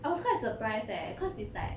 I was quite surprised eh cause it's like